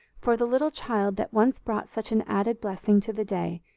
for the little child that once brought such an added blessing to the day,